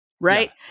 Right